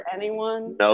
No